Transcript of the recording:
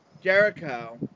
Jericho